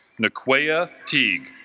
nicoya teague